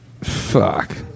Fuck